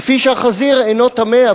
לפי שהחזיר אינו מעלה גירה,